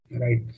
right